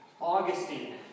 Augustine